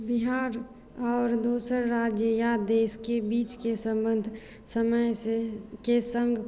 बिहार आओर दोसर राज्य या देशकेँ बीचकेँ सम्बन्ध समयकेँ सङ्ग